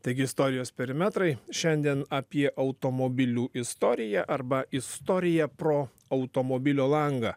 taigi istorijos perimetrai šiandien apie automobilių istoriją arba istoriją pro automobilio langą